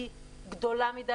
היא גדולה מדי,